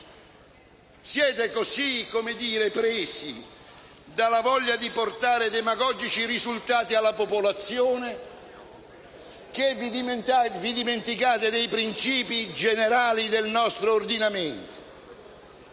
Siete così presi dalla voglia di portare demagogici risultati alla popolazione che vi dimenticate dei principi generali del nostro ordinamento.